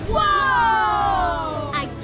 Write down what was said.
Whoa